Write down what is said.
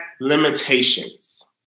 limitations